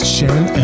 Sharon